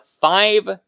five